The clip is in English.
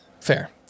Fair